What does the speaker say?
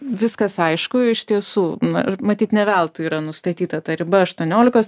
viskas aišku iš tiesų na ir matyt ne veltui yra nustatyta ta riba aštuoniolikos